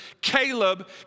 Caleb